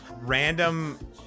random